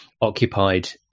occupied